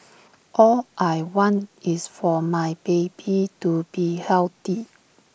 all I want is for my baby to be healthy